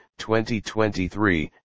2023